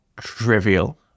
trivial